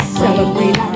celebrate